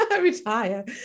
Retire